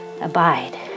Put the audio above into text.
Abide